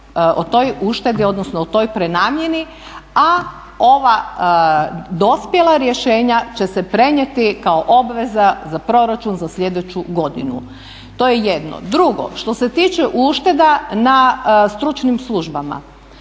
uštedi, odnosno o toj prenamjeni a ova dospjela rješenja će se prenijeti kao obveza za proračun za slijedeću godinu. To je jedno. Drugo, što se tiče ušteda na stručnim službama,